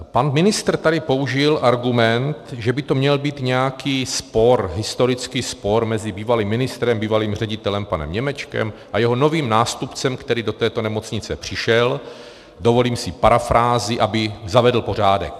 Pan ministr tady použil argument, že by to měl být nějaký spor, historický spor mezi bývalým ministrem, bývalým ředitelem panem Němečkem a jeho novým nástupcem, který do této nemocnice přišel dovolím si parafrázi , aby zavedl nový pořádek.